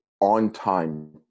on-time